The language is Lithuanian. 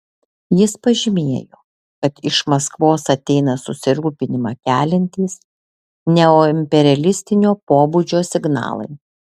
jis pažymėjo kad iš maskvos ateina susirūpinimą keliantys neoimperialistinio pobūdžio signalai